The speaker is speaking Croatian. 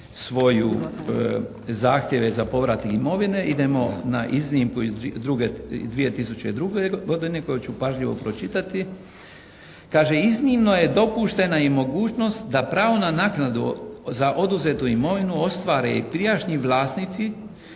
svoj zahtjev za povrat imovine. Idemo na iznimku iz 2002. godine koju ću pažljivo pročitati. Kaže, iznimno je dopuštena i mogućnost da pravo na naknadu za oduzetu imovinu ostvare prijašnji vlasnici